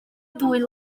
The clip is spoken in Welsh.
dwy